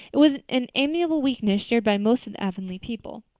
it was an amiable weakness shared by most of the avonlea people.